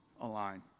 align